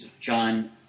John